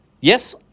Yes